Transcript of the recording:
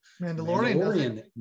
Mandalorian